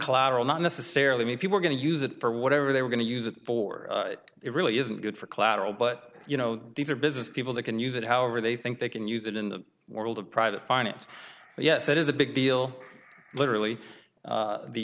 collateral not necessarily me people are going to use it for whatever they were going to use it for it really isn't good for collateral but you know these are business people that can use it however they think they can use it in the world of private finance yes it is a big deal literally